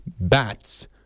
bats